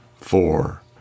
four